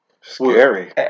Scary